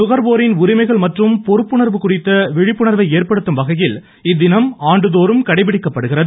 நுகர்வோரின் உரிமைகள் மற்றும் பொறுப்புணர்வு குறித்த விழிப்புணர்வை ஏற்படுத்தும் வகையில் இத்தினம் கடைபிடிக்கப்படுகிறது